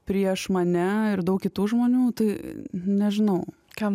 prieš mane ir daug kitų žmonių tai nežinau kam